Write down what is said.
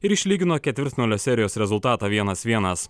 ir išlygino ketvirtfinalio serijos rezultatą vienas vienas